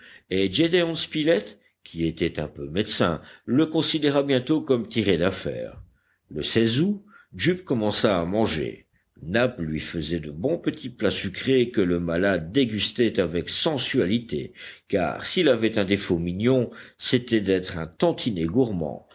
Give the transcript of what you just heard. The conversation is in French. et gédéon spilett qui était un peu médecin le considéra bientôt comme tiré d'affaire le août jup commença à manger nab lui faisait de bons petits plats sucrés que le malade dégustait avec sensualité car s'il avait un défaut mignon c'était d'être un tantinet gourmand